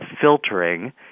filtering